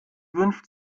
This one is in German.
wünscht